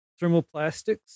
thermoplastics